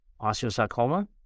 osteosarcoma